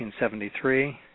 1973